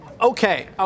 okay